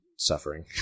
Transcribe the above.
Suffering